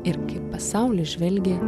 ir pasaulis žvelgė